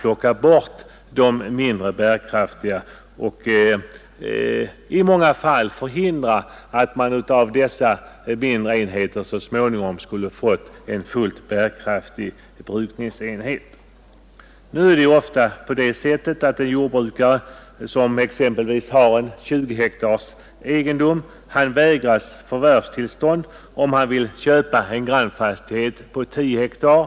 Plockar man bort de mindre bärkraftiga genom sammanläggning med udda bärkraftiga, så förhindras möjligheterna att av dessa mindre enheter så småningom skapa bärkraftiga jordbruksföretag. Nu vägras ofta en jordbrukare med en 20 hektars egendom förvärvstillstånd om han vill köpa en grannfastighet på 10 hektar.